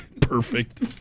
Perfect